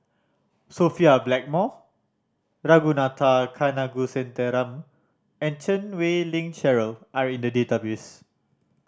Sophia Blackmore Ragunathar Kanagasuntheram and Chan Wei Ling Cheryl are in the database